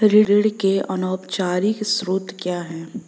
ऋण के अनौपचारिक स्रोत क्या हैं?